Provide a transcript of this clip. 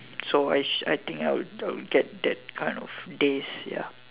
so I think I will I will get that kind of days ya